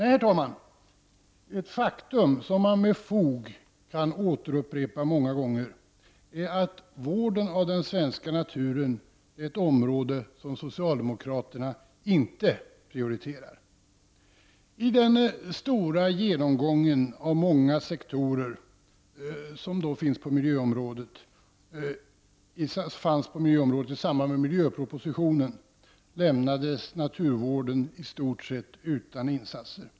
Nej, herr talman, ett faktum som man med fog kan återupprepa många gånger är att vården av den svenska naturen är ett område som socialdemokraterna inte prioriterar. Vid den stora genomgången av de många sektorer som fanns på miljöområdet i samband med miljöpropositionen lämnades naturvården i stort sett utan insatser.